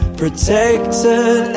protected